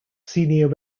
senior